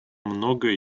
многое